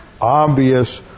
obvious